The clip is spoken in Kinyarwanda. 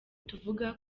tuvuga